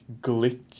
Glick